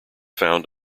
found